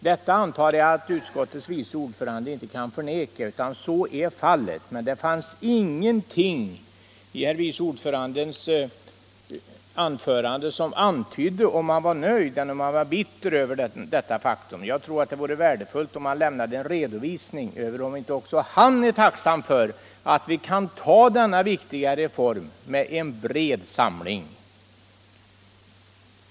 Detta antar jag att utskottets vice ordförande inte kan förneka, men det fanns ingenting i herr vice ordförandens anförande som antydde om han var nöjd eller bitter över detta faktum. Jag tror det vore värdefullt att han redovisade om inte också han är tacksam för att vi kan anta denna viktiga reform med en bred samling.